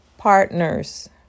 partners